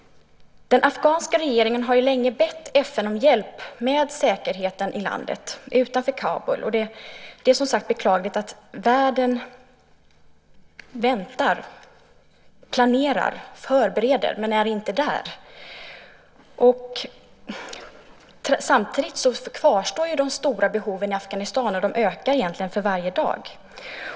Den afghanska regeringen har länge bett FN om hjälp med säkerheten i landet utanför Kabul. Det är som sagt beklagligt att världen väntar, planerar och förbereder - men är inte där. Samtidigt kvarstår de stora behoven i Afghanistan och ökar egentligen för varje dag.